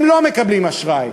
הם לא מקבלים אשראי.